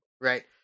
Right